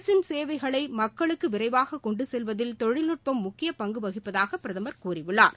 அரசின் சேவைகளை மக்களுக்கு விரைவாக கொண்டு செல்வதில் தொழில்நுட்பம் முக்கிய பங்கு வகிப்பதாக பிரதமர் கூறியுள்ளார்